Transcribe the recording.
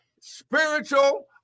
spiritual